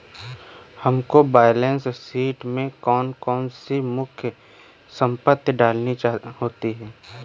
हमको balance sheet में कौन कौन सी मुख्य संपत्ति डालनी होती है?